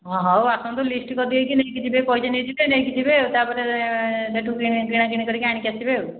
ହଁ ହଉ ଆସନ୍ତୁ ଲିଷ୍ଟ କରି ଦେଇକି ନେଇକି ଯିବେ ପଇସା ନେଇ ଯିବେ ନେଇକି ଯିବେ ଆଉ ତା'ପରେ ସେଠୁ କିଣାକିଣି କରିକି ଆଣିକି ଆସିବେ ଆଉ